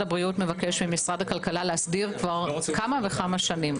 הבריאות מבקש ממשרד הכלכלה להסדיר כמה וכמה שנים.